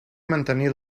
mantenir